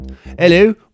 Hello